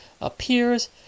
appears